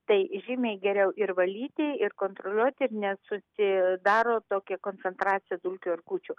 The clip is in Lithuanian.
tai žymiai geriau ir valyti ir kontroliuoti ir nesusidaro tokia koncentracija dulkių erkučių